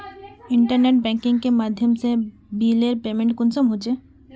Internet banking के माध्यम से बिलेर पेमेंट कुंसम होचे?